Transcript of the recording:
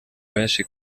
benshi